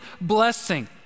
blessing